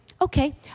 Okay